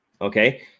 Okay